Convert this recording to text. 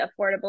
affordable